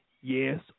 yes